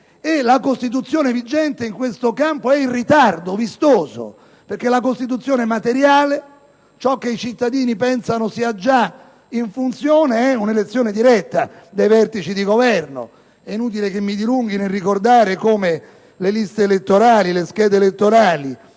la Costituzione vigente in questo campo è in ritardo vistoso, perché la Costituzione materiale - quella che i cittadini pensano sia già in funzione - contempla già un'elezione diretta dei vertici di Governo. È inutile che mi dilunghi nel ricordare come le schede elettorali